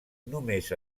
només